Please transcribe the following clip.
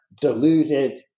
deluded